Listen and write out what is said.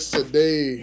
today